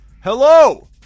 Hello